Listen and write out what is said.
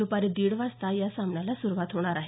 दुपारी दिड वाजता या सामन्याला सुरुवात होणार आहे